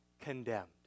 condemned